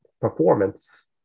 performance